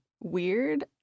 weird